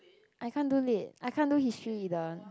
I can't do lit I can't do history either